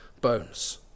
bones